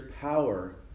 power